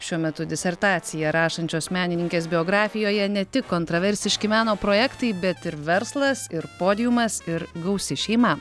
šiuo metu disertaciją rašančios menininkės biografijoje ne tik kontraversiški meno projektai bet ir verslas ir podiumas ir gausi šeima